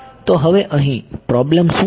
તો હવે અહીં પ્રોબ્લેમ શું છે